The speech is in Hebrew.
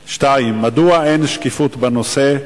2. מדוע אין שקיפות בנושא?